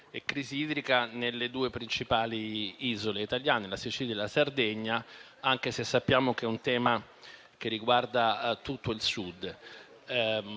la crisi idrica nelle due principali isole italiane, la Sicilia e la Sardegna, anche se sappiamo che è un tema che riguarda tutto il Sud.